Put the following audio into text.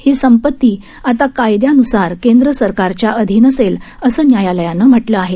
ही संपत्ती आता कायद्यानुसार केंद्र सरकारच्या अधीन असेल असं न्यायालयानं म्हटलं आहे